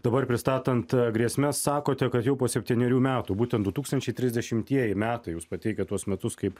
dabar pristatant grėsmes sakote kad jau po septynerių metų būtent du tūkstančiai trisdešimtieji metai jūs pateikiat tuos metus kaip